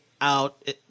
out